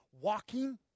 walking